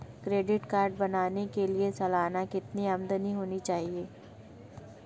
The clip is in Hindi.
क्रेडिट कार्ड बनाने के लिए सालाना कितनी आमदनी होनी चाहिए?